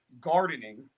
gardening